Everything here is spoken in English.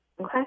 Okay